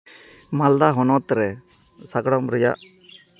ᱢᱟᱞᱫᱟ ᱦᱚᱱᱚᱛ ᱨᱮ ᱥᱟᱜᱟᱲᱚᱢ ᱨᱮᱭᱟᱜ